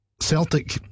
Celtic